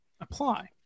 apply